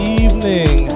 evening